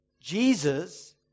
Jesus